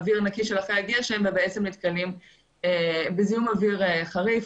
אוויר נקי של אחרי הגשם ובעצם נתקלים בזיהום אוויר חריף.